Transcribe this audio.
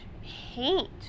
hate